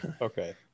okay